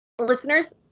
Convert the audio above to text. listeners